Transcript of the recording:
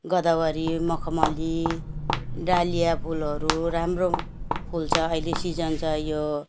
गोदावरी मखमली डालिया फुलहरू राम्रो फुल्छ अहिले सिजन छ यो